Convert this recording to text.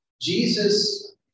Jesus